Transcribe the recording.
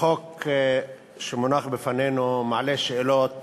החוק שמונח בפנינו מעלה שאלות